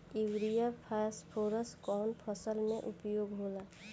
Urea phosphorus कवना फ़सल में उपयोग होला?